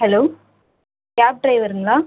hello cab டிரைவர்கள்ளா